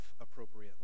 appropriately